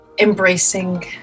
embracing